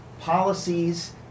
policies